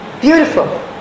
beautiful